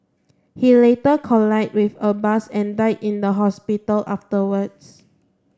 he later collided with a bus and died in the hospital afterwards